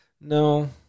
no